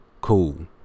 Cool